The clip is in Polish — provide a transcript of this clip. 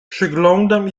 przeglądam